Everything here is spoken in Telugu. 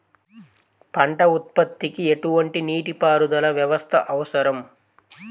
పంట ఉత్పత్తికి ఎటువంటి నీటిపారుదల వ్యవస్థ అవసరం?